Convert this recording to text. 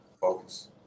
focus